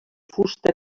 fusta